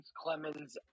Clemens